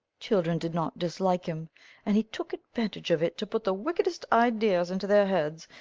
children did not dislike him and he took advantage of it to put the wickedest ideas into their heads,